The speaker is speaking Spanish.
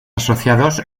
asociados